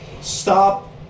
stop